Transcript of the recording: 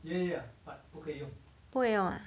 不可以用 ah